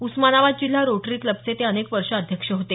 उस्मानाबाद जिल्हा रोटरी क्लबचे ते अनेक वर्षे अध्यक्ष होते